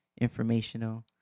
informational